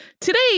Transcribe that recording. Today